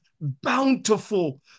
bountiful